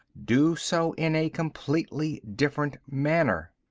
do so in a completely different manner.